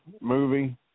movie